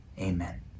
Amen